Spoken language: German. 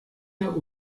der